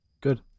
Good